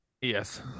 Yes